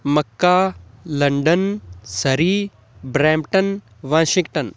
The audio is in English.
mecca London Surrey Brampton Washington